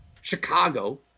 Chicago